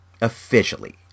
officially